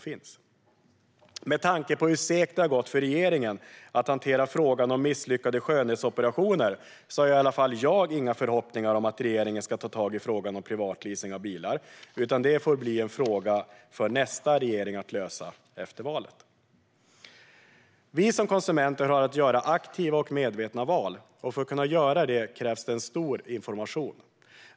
Men med tanke på hur segt det har gått för regeringen att hantera frågan om misslyckade skönhetsoperationer har i alla fall jag inga förhoppningar om att regeringen ska ta tag i frågan om privatleasing av bilar, utan det får bli en fråga för nästa regering att lösa efter valet. Vi som konsumenter har att göra aktiva och medvetna val, och för att kunna göra det krävs det mycket information.